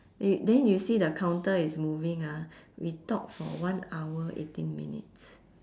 th~ then you see the counter is moving ah we talk for one hour eighteen minutes